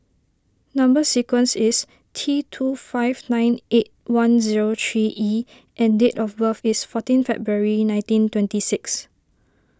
Number Sequence is T two five nine eight one zero three E and date of birth is fourteen February nineteen twenty six